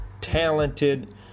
talented